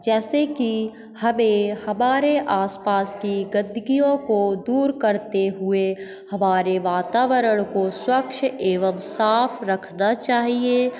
जैसे कि हमें हमारे आसपास की गंदगियों को दूर करते हुए हमारे वातावरण को स्वच्छ एवं साफ रखना चाहिए